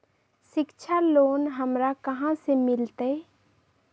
शिक्षा लोन हमरा कहाँ से मिलतै?